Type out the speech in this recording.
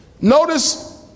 notice